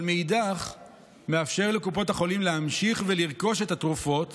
אבל מאידך מאפשר לקופות החולים להמשיך ולרכוש את התרופות